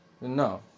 no